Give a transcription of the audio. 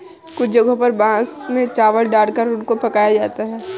कुछ जगहों पर बांस में चावल डालकर उनको पकाया जाता है